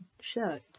shirt